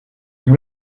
vous